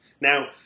Now